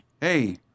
hey